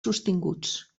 sostinguts